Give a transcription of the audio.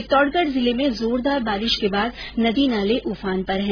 चित्तौडगढ जिले में जोरदार बारिश के बाद नदी नाले उफान पर हैं